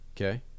okay